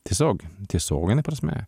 tiesiog tiesiogine prasme